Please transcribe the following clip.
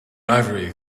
ivory